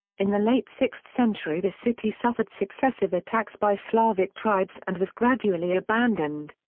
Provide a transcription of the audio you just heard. in the late sixth century the city suffered successive attacks by slavic tribes and was gradually abandoned.